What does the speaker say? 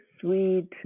sweet